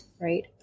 right